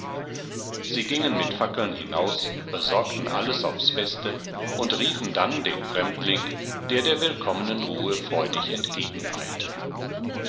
sie gingen mit fackeln hinaus besorgten alles aufs beste und riefen dann den fremdling der der willkommenen ruhe freudig